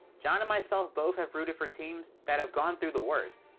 jon and myself both have rooted for teams that have gone through the worst.